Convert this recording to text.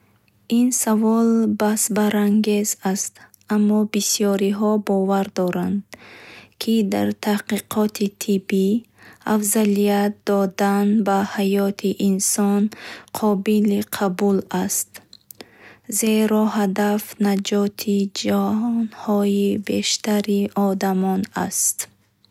Ин савол баҳсбарангез аст, аммо бисёриҳо бовар доранд, ки дар таҳқиқоти тиббӣ афзалият додан ба ҳаёти инсон қобили қабул аст, зеро ҳадаф наҷоти ҷонҳои бештари одамон аст.